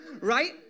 Right